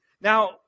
Now